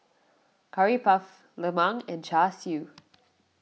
Curry Puff Lemang and Char Siu